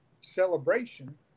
celebration